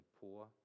poor